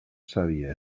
savi